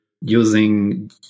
using